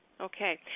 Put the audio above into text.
Okay